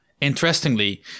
Interestingly